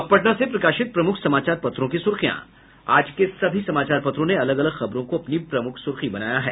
अब पटना से प्रकाशित प्रमुख समाचार पत्रों की सुर्खियां आज के सभी समाचार पत्रों ने अलग अलग खबरों को अपनी प्रमुख सुर्खी बनाया है